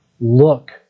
Look